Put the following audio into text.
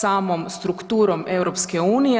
samom strukturom EU.